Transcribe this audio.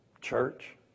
Church